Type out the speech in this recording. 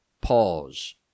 pause